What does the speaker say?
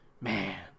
Man